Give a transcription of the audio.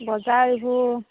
বজাৰ এইবোৰ